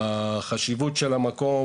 החשיבות של המקום,